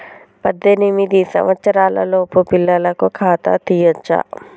పద్దెనిమిది సంవత్సరాలలోపు పిల్లలకు ఖాతా తీయచ్చా?